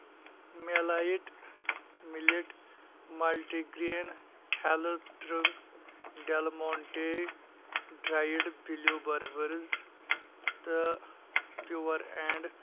مےٚ light millet multigrain health drink ڈؠل مونٹِی ڈرٛایِڈ بِلیُو بٔربٔرٕز تہٕ پِیور اینٛڈ